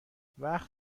وقت